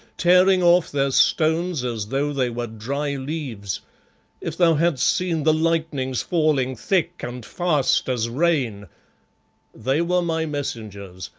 tearing off their stones as though they were dry leaves if thou hadst seen the lightnings falling thick and fast as rain they were my messengers.